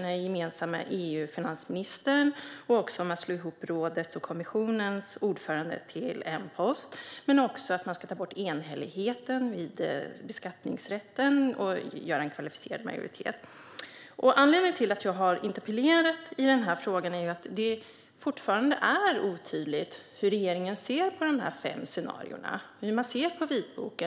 den gemensamma EU-finansministern och om att slå ihop rådets och kommissionens ordförandeposter till en post. Ett annat förslag är att man ska ta bort enhälligheten vad gäller beskattningsrätten och tillämpa kvalificerad majoritet. Anledningen till att jag har interpellerat statsrådet i den här frågan är att det fortfarande är otydligt hur regeringen ser på de här fem scenarierna och på vitboken.